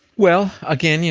well again, yeah